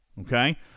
Okay